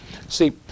See